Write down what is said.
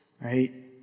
Right